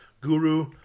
guru